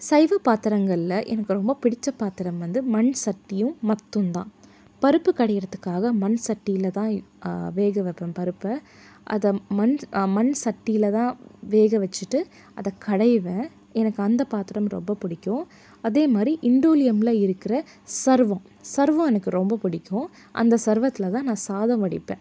சைவ பாத்திரங்களில் எனக்கு ரொம்ப பிடிச்ச பாத்திரம் வந்து மண் சட்டியும் மத்தும் தான் பருப்பு கடையிறதுக்காக மண் சட்டியில் தான் வேக வைப்பேன் பருப்பை அதை மண் மண் சட்டியில் தான் வேக வச்சுட்டு அதை கடைவேன் எனக்கு அந்த பாத்திரம் ரொம்ப பிடிக்கும் அதே மாதிரி இண்டோலியமில் இருக்கிற சர்வம் சர்வம் எனக்கு ரொம்ப பிடிக்கும் அந்த சர்வத்தில் தான் நான் சாதம் வடிப்பேன்